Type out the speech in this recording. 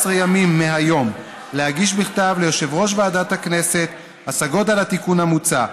ימים מהיום להגיש בכתב ליושב-ראש ועדת הכנסת השגות על התיקון המוצע.